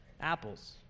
apples